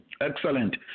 Excellent